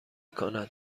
کند